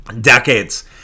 decades